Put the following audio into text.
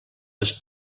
les